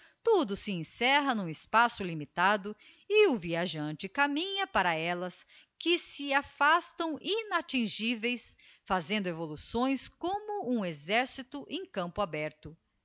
tudo se encerra n'um espaço limitado e o viajante caminha para ellas que se afastam inattingiveis fazendo evoluções como um exercito em campo aberto